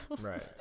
Right